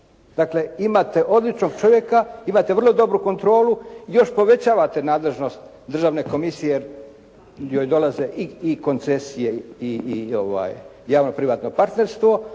Dakle, imate odličnog čovjeka imate vrlo dobru kontrolu, još povećavate nadležnost državne komisije joj dolaze i koncesije i javno privatno partnerstvo,